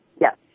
Yes